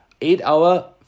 eight-hour